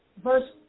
Verse